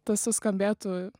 tas suskambėtų